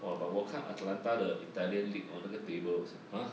!wah! but 我看 atlanta 的 italian league 那个 tables 我想 !huh!